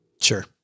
Sure